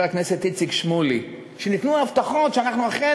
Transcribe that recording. חבר הכנסת איציק שמולי,